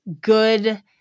good